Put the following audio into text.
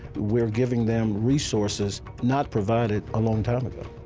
we're giving them resources not provided a long time ago.